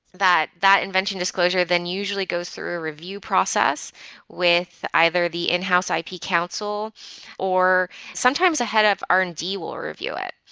that that invention disclosure than usually goes through a review process with either the in-house ah ip counsel or sometimes a head of r and d will review it,